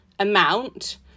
amount